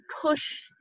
push